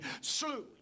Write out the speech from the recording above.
slew